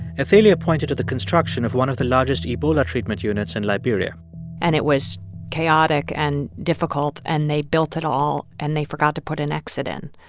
athalia pointed at the construction of one of the largest ebola treatment units in liberia and it was chaotic and difficult. and they built it all, and they forgot to put an exit in.